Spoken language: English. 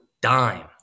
dime